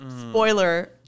Spoiler